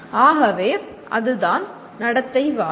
ஆகவே அது தான் நடத்தைவாதம்